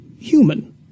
human